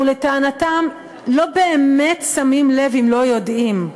ולטענתם לא באמת שמים לב אם לא יודעים.